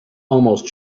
almost